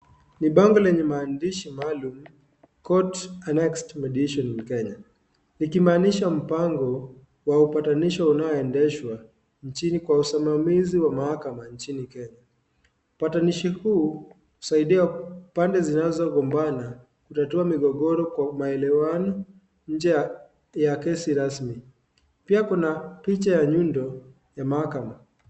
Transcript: Ni bango lenye maandishi maalum court annexed mediation in Kenya likimaanisha mpango wa upatanisho unaoendeshwa nchini kwa usimamizi ya mahakama nchini Kenya. Upatanishi huu husaidia pande zinzogombana kutatua migogoro kwa maelewano nje ya kesi rasmi pia kuna picha ya nyundo ya mahakama.